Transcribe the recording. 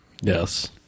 Yes